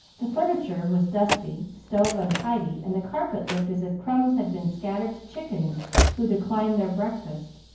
the furniture was dusty, stove untidy, and the carpet looked as if crumbs had been scattered to chickens who declined their breakfast.